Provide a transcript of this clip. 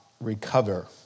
recover